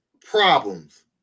problems